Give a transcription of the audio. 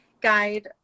guide